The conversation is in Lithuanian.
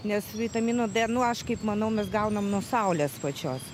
nes vitamino d nu aš kaip manau mes gaunam nuo saulės pačios